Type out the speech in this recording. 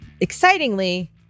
excitingly